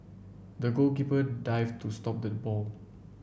the goalkeeper dived to stopped the ball